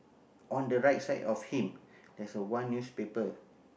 on the right side of him there's a one newspaper